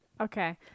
Okay